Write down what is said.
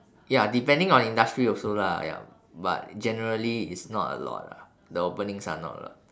ya depending on industry also lah ya but generally is not a lot ah the openings are not a lot